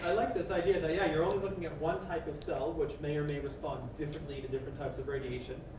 i like this idea that, yeah, you're only looking at one type of cell, which may or may respond differently to different types of radiation.